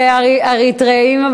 זה אריתריאים,